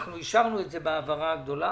אנחנו אישרנו את זה בהעברה הגדולה